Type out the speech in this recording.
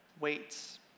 weights